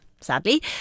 Sadly